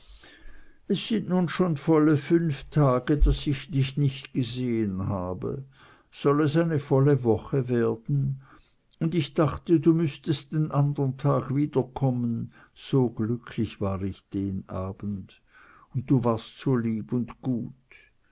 es sind nun schon volle fünf tage daß ich dich nicht gesehen habe soll es eine volle woche werden und ich dachte du müßtest den andern tag wiederkommen so glücklich war ich den abend und du warst so lieb und gut